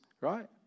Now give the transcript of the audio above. right